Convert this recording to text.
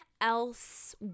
else